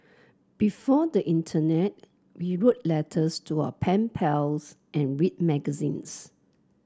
before the internet we wrote letters to our pen pals and read magazines